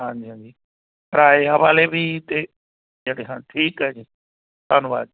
ਹਾਂਜੀ ਹਾਂਜੀ ਕਿਰਾਇਆਂ ਵਾਲੇ ਵੀ ਅਤੇ ਠੀਕ ਆ ਜੀ ਧੰਨਵਾਦ